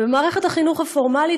ובמערכת החינוך הפורמלית,